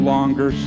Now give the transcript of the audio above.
Longer